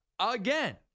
again